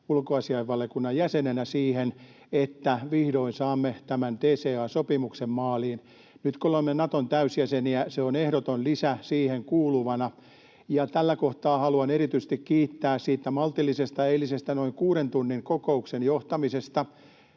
ulkoasiainvaliokunnan jäsenenä siihen, että vihdoin saamme tämän DCA-sopimuksen maaliin. Nyt kun olemme Naton täysjäseniä, se on ehdoton lisä siihen kuuluvana. Tällä kohtaa haluan erityisesti kiittää siitä maltillisesta eilisestä noin kuuden tunnin kokouksen johtamisesta